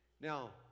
Now